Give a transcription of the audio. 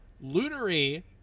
Lunary